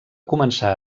començar